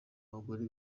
abagore